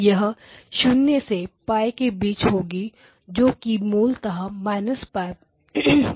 यह शून्य से π के बीच होगी जो कि मूलत है π से π है